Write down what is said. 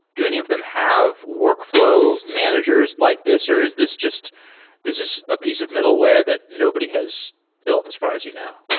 do any of them have workfl ow managers like this or is this just this is a piece of middleware that nobody has built as far as you know?